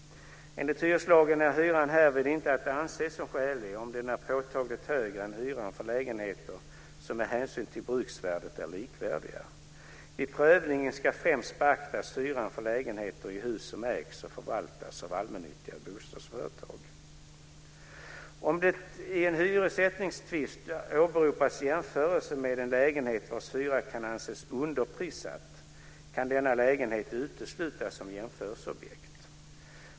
Enligt hyreslagen är hyran härvid inte att anse som skälig om den är påtagligt högre än hyran för lägenheter som med hänsyn till bruksvärdet är likvärdiga. Vid prövningen ska främst beaktas hyran för lägenheter i hus som ägs och förvaltas av allmännyttiga bostadsföretag. Om det i en hyressättningstvist åberopas jämförelse med en lägenhet vars hyra kan anses underprissatt, kan denna lägenhet uteslutas som jämförelseobjekt.